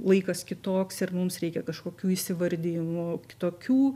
laikas kitoks ir mums reikia kažkokių įsįvardijimų kitokių